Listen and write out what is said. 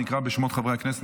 אני אקרא בשמות חברי הכנסת,